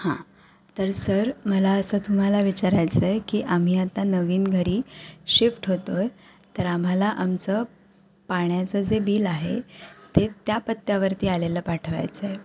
हां तर सर मला असं तुम्हाला विचारायचं आहे की आम्ही आता नवीन घरी शिफ्ट होतो आहे तर आम्हाला आमचं पाण्याचं जे बिल आहे ते त्या पत्त्यावरती आलेलं पाठवायचं आहे